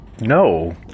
no